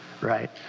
Right